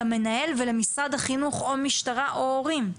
למנהל ולמשרד החינוך או משטרה או הורים,